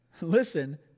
Listen